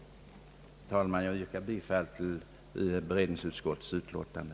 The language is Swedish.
Herr talman! Jag yrkar bifall till allmänna beredningsutskottets utlåtande.